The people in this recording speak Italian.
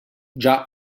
già